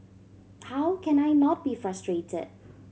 how can I not be frustrated